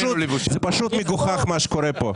פשוט מגוחך מה שקורה פה.